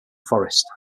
forest